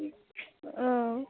औ